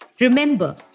Remember